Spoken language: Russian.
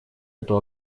эту